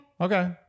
Okay